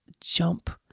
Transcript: jump